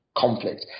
conflict